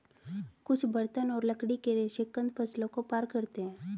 कुछ बर्तन और लकड़ी के रेशे कंद फसलों को पार करते है